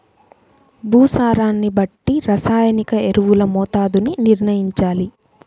భూసారాన్ని బట్టి రసాయనిక ఎరువుల మోతాదుని నిర్ణయంచాలి